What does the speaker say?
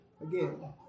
again